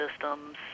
systems